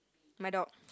my dog